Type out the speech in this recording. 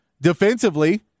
defensively